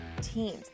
teams